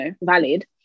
valid